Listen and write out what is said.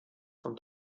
von